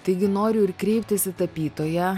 taigi noriu ir kreiptis į tapytoją